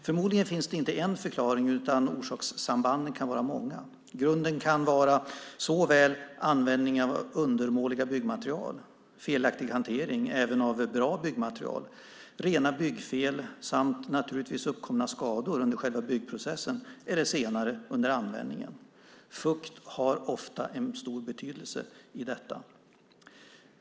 Förmodligen finns det inte bara en förklaring, utan orsakssambanden kan vara många. Grunden kan vara användning av undermåliga byggmaterial, felaktig hantering, även av bra byggmaterial, rena byggfel samt naturligtvis skador uppkomna under själva byggprocessen eller senare under användningen. Fukt har ofta en stor betydelse i detta.